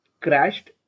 crashed